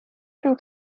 from